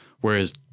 whereas